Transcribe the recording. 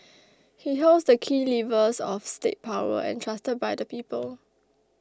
he holds the key levers of state power entrusted by the people